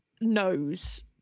knows